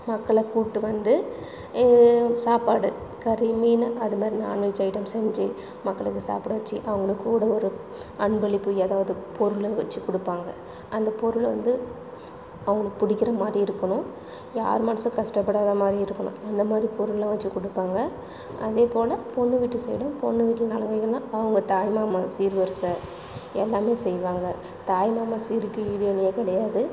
மக்களை கூட்டு வந்து சாப்பாடு கறி மீன் அது மாரி நான்வெஜ் ஐட்டம் செஞ்சு மக்களுக்கு சாப்பிட வச்சு அவங்களுக்கு கூட ஒரு அன்பளிப்பு எதாவது பொருளோ வச்சு கொடுப்பாங்க அந்தப் பொருளை வந்து அவங்களுக்கு புடிக்குற மாரி இருக்கணும் யார் மனசும் கஷ்டப்படாதமாதிரியும் இருக்கணும் அந்த மாரி பொருள்லாம் வச்சு கொடுப்பாங்க அதே போல பொண்ணு வீட்டு சைடும் பொண்ணு வீட்டில் நலங்கு வைக்கணுன்னா அவங்க தாய்மாமா சீர்வரிசை எல்லாமே செய்வாங்க தாய்மாமன் சீருக்கு ஈடு இணையேக் கிடையாது